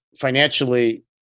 financially